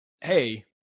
Hey